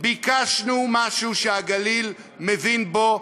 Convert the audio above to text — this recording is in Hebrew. ביקשנו משהו שהגליל מבין בו,